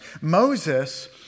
Moses